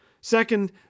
Second